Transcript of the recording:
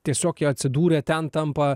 tiesiog jie atsidūrė ten tampa